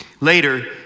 Later